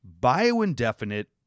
bio-indefinite